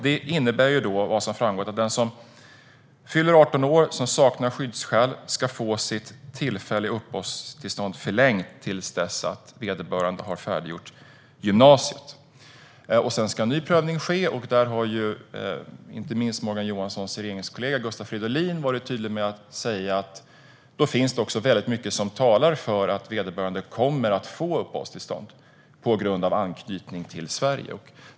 De innebär att den som fyller 18 och saknar skyddsskäl ska få sitt tillfälliga uppehållstillstånd förlängt till dess att vederbörande har fullföljt gymnasiet. Sedan ska en ny prövning ske. Där har inte minst Morgan Johanssons regeringskollega Gustav Fridolin tydligt sagt att det finns mycket som talar för att vederbörande kommer att få uppehållstillstånd på grund av anknytning till Sverige.